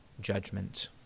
judgment